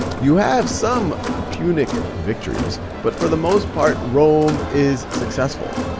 you have some punic victories, but for the most part, rome is successful.